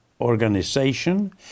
organization